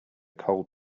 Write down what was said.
cold